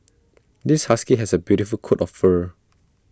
this husky has A beautiful coat of fur